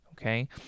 okay